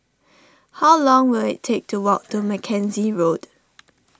how long will it take to walk to Mackenzie Road